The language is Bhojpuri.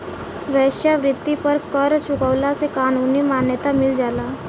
वेश्यावृत्ति पर कर चुकवला से कानूनी मान्यता मिल जाला